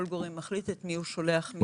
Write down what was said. כל גורם מחליט את מי הוא שולח מטעמו.